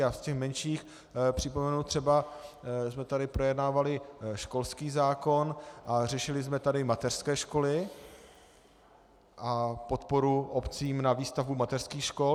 Z těch menších připomenu třeba jsme tady projednávali školský zákon a řešili jsme tady mateřské školy a podporu obcím na výstavbu mateřských škol.